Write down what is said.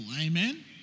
Amen